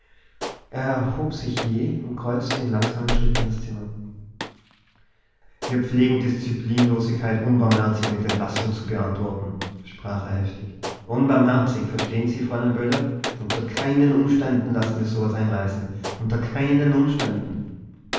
er erhob sich jäh und kreuzte in langsamen schritten das zimmer wir pflegen disziplinlosigkeit unbarmherzig mit entlassung zu beantworten sprach er heftig unbarmherzig verstehen sie fräulein böhle unter keinen umständen lassen wir so was einreißen unter keinen umständen